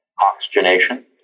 oxygenation